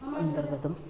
अन्तर्गतम्